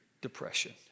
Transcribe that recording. depression